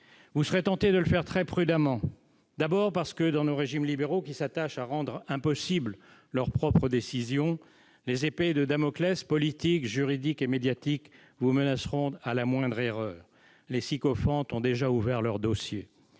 Vous serez tenté de le faire très prudemment. D'abord parce que, dans nos régimes libéraux, qui s'attachent à rendre impossibles leurs propres décisions, les épées de Damoclès politiques, juridiques et médiatiques vous menaceront à la moindre erreur- les sycophantes ont déjà ouvert leurs dossiers.